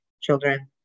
children